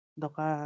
doka